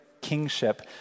kingship